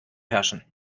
herrschen